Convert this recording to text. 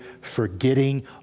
forgetting